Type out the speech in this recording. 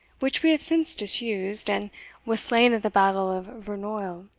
which we have since disused, and was slain at the battle of vernoil,